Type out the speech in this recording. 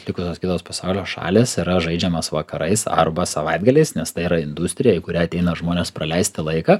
likusios kitos pasaulio šalys yra žaidžiamas vakarais arba savaitgaliais nes tai yra industrija į kurią ateina žmonės praleisti laiką